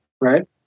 right